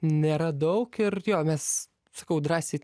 nėra daug ir jo mes sakau drąsiai